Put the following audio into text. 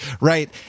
right